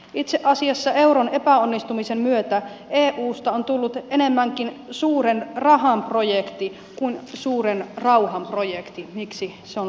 itse asiassa euron epäonnistumisen myötä eusta on tullut enemmänkin suuren rahan projekti kuin suuren rauhan projekti miksi se on alun alkaen luotu